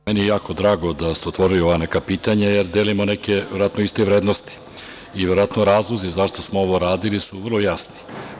Jako mi je drago da ste otvorili ova neka pitanja, jer delimo neke verovatno iste vrednosti i verovatno razlozi zašto smo ovo radili su vrlo jasni.